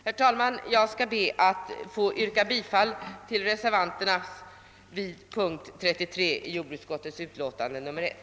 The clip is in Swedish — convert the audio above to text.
Herr talman! Jag ber att få yrka bifall till reservationen 7 vid punkt 33 i jordbruksutskottets utlåtande nr 1.